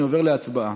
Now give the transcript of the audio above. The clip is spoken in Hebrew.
אני עובר להצבעה.